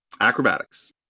Acrobatics